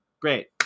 great